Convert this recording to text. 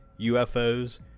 UFOs